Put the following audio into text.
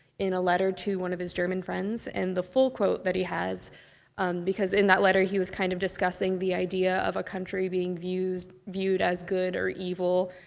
in a letter to one of his german friends. and the full quote that he has because, in that letter, he was kind of discussing the idea of a country being viewed viewed as good or evil,